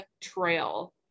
trail